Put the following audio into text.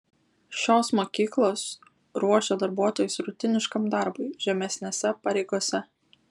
šios mokyklos ruošia darbuotojus rutiniškam darbui žemesnėse pareigose